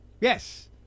Yes